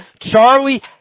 Charlie